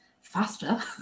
faster